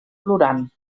plorant